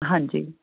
ਹਾਂਜੀ